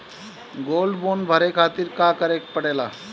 Gold bond भरे खातिर का करेके पड़ेला?